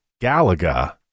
Galaga